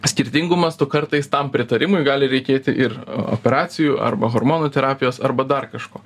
skirtingu mastu kartais tam pritarimui gali reikėti ir operacijų arba hormonų terapijos arba dar kažko